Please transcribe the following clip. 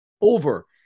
over